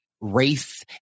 race